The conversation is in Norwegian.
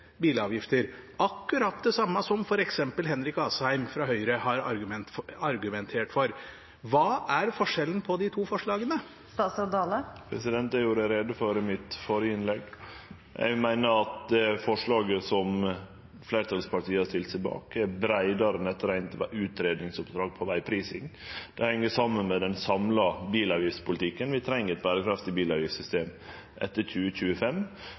bilavgifter, akkurat det samme som f.eks. Henrik Asheim fra Høyre har argumentert for. Hva er forskjellen på de to forslagene? Det gjorde eg greie for i det førre innlegget mitt. Eg meiner at det forslaget som fleirtalspartia har stilt seg bak, er breiare enn eit reint utgreiingsoppdrag på vegprising. Det heng saman med den samla bilavgiftspolitikken. Vi treng eit berekraftig bilavgiftssystem etter 2025,